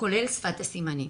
כולל שפת הסימנים.